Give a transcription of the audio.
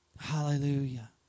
Hallelujah